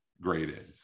graded